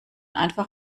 einfach